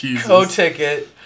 Co-ticket